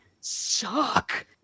suck